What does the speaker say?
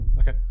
Okay